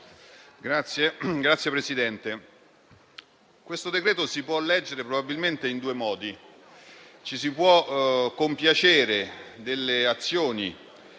Signor Presidente, questo decreto si può leggere probabilmente in due modi. Ci si può compiacere delle azioni